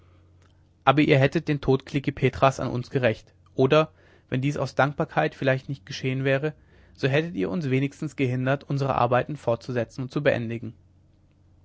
aber ihr hättet den tod klekih petras an uns gerächt oder wenn dies aus dankbarkeit vielleicht nicht geschehen wäre so hättet ihr uns wenigstens gehindert unsere arbeiten fortzusetzen und zu beendigen